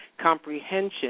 comprehension